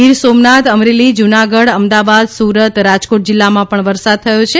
ગીર સોમનાથ અમરેલી જૂનાગઢ અમદાવાદ સુરત રાજકોટ જિલ્લામાં પણ વરસાદ થયો છે